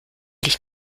dich